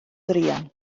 druan